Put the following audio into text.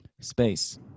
space